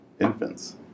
infants